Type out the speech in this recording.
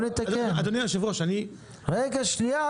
אדוני היושב-ראש --- שנייה,